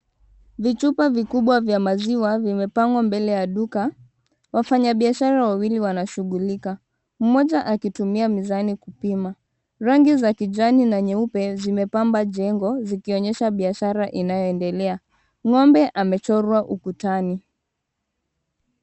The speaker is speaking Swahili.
Vichupa vikubwa vya maziwa vimepangwa mbele ya duka. Wafanyabiashara wawili wanashughulika, mmoja akitumia mizani kupima. Rangi za kijani na nyeupe zimepamba jengo zikionyesha biashara inayoendelea. Ng'ombe amechorwa ukutani.